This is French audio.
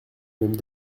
même